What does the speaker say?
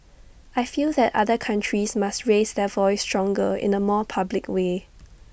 I feel that other countries must raise their voice stronger in A more public way